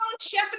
chef